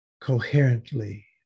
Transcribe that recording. coherently